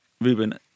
Ruben